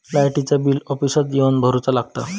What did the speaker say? लाईटाचा बिल ऑफिसातच येवन भरुचा लागता?